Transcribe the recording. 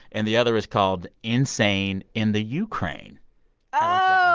and the other is called insane in the ukraine oh